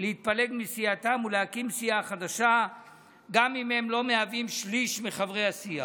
להתפלג מסיעתם ולהקים סיעה חדשה גם אם הם לא שליש מחברי הסיעה.